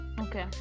Okay